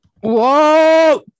Whoa